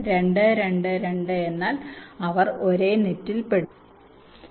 2 2 2 എന്നാൽ അവർ ഒരേ നെറ്റിൽ പെടുന്നു എന്നാണ്